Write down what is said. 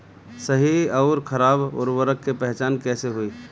सही अउर खराब उर्बरक के पहचान कैसे होई?